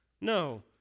No